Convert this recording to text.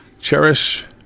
Cherish